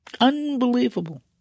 Unbelievable